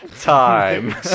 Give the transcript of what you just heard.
Time